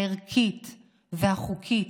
הערכית והחוקית,